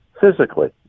physically